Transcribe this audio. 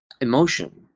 emotion